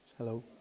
Hello